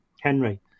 Henry